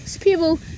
People